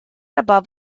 above